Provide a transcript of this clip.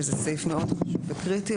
שזה סעיף מאוד חשוב וקריטי,